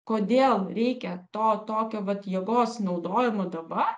kodėl reikia to tokio vat jėgos naudojimo dabar